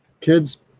kids